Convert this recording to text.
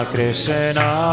Krishna